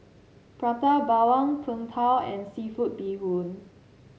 Prata Bawang Png Tao and seafood Bee Hoon